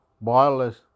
wireless